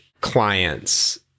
clients